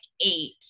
eight